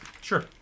Sure